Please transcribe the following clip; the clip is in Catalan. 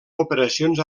operacions